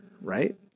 Right